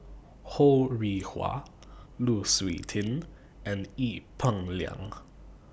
Ho Rih Hwa Lu Suitin and Ee Peng Liang